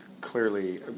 clearly